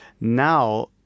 Now